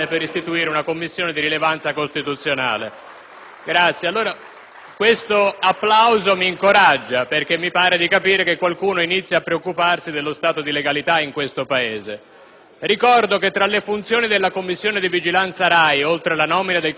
Gruppo* *PdL).* Questo applauso mi incoraggia, perché mi pare di capire che qualcuno inizi a preoccuparsi dello stato di legalità nel Paese. Ricordo che tra le funzioni della Commissione di vigilanza RAI, oltre alla nomina del Consiglio d'amministrazione, che è scaduto il 31 maggio,